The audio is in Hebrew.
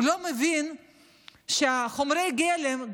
הוא לא מבין שחומרי הגלם,